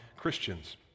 Christians